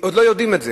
עוד לא יודעים את זה,